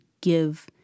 give